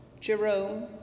Jerome